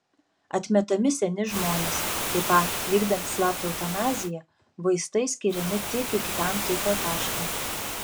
atmetami seni žmonės taip pat vykdant slaptą eutanaziją vaistai skiriami tik iki tam tikro taško